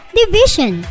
division